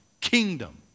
Kingdom